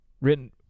written